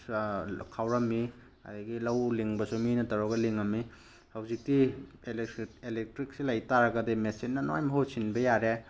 ꯈꯥꯎꯔꯝꯃꯤ ꯑꯗꯒꯤ ꯂꯧ ꯂꯤꯡꯕꯁꯨ ꯃꯤꯅ ꯇꯧꯔꯒ ꯂꯤꯡꯉꯝꯃꯤ ꯍꯧꯖꯤꯛꯇꯤ ꯏꯂꯦꯛꯇ꯭ꯔꯤꯛꯁꯤ ꯂꯩ ꯇꯥꯔꯒꯗꯤ ꯃꯦꯆꯤꯟꯅ ꯂꯣꯏ ꯃꯍꯨꯠ ꯁꯤꯟꯕ ꯌꯥꯔꯦ